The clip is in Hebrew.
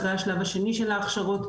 אחרי השלב השני של ההכשרות,